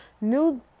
new